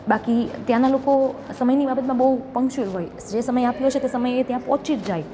બાકી ત્યાંના લોકો સમયની બાબતમાં બહુ પંકચ્યુઅલ હોય જે સમય આપ્યો છે તે સમયે એ ત્યાં પહોંચી જ જાય